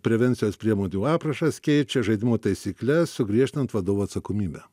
prevencijos priemonių aprašas keičia žaidimo taisykles sugriežtinant vadovų atsakomybę